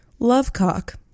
Lovecock